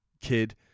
kid